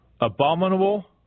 abominable